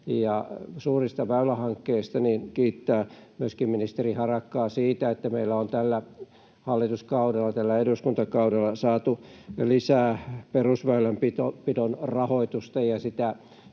suurista väylähankkeista, kiittää myöskin ministeri Harakkaa siitä, että meillä on tällä hallituskaudella ja eduskuntakaudella saatu lisää perusväylänpidon rahoitusta